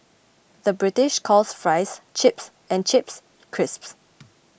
the British calls Fries Chips and Chips Crisps